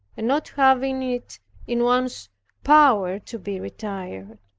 and not having it in one's power to be retired.